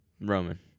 Roman